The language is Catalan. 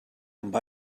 amb